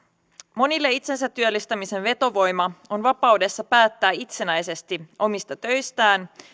monille itsensätyöllistämisen vetovoima on vapaudessa päättää itsenäisesti omista töistään